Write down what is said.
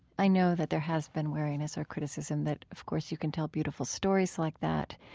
i know that there has been wariness or criticism that, of course, you can tell beautiful stories like that,